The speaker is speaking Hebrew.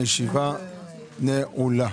הישיבה נעולה.